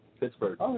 Pittsburgh